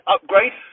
Upgrade